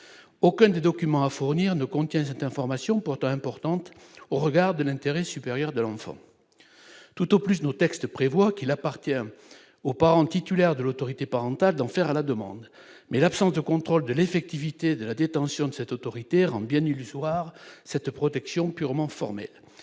aucun des documents à fournir ne contient cette information pourtant importante au regard de l'intérêt supérieur de l'enfant, tout au plus, nos textes prévoient qu'il appartient aux parents, titulaire de l'autorité parentale, d'en faire la demande, mais l'absence de contrôle de l'effectivité de la détention de cette autorité rendent bien illusoires cette protection purement formelle